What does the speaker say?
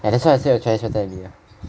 ya that's why I say your chinese better than me ah